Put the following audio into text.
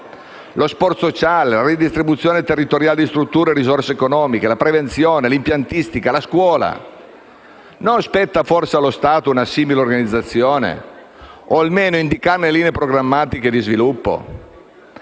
lo sport sociale, la redistribuzione territoriale di strutture e risorse economiche, la prevenzione, l'impiantistica, la scuola. Non spetta forse allo Stato una simile organizzazione o, almeno, indicarne le linee programmatiche e di sviluppo?